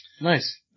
Nice